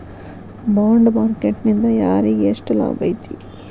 Bond market ನಿಂದಾ ಯಾರಿಗ್ಯೆಷ್ಟ್ ಲಾಭೈತಿ?